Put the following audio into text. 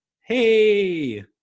hey